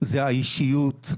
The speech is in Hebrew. היא האישיות,